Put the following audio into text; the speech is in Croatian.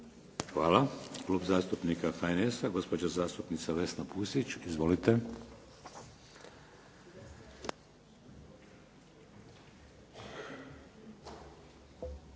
Hvala. Klub zastupnika HNS-a, gospođa zastupnica Vesna Pusić. Izvolite.